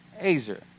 Azer